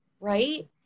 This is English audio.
Right